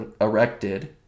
erected